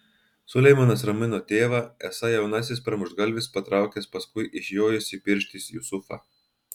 suleimanas ramino tėvą esą jaunasis pramuštgalvis patraukęs paskui išjojusį pirštis jusufą